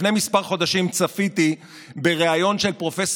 לפני כמה חודשים צפיתי בריאיון של פרופ'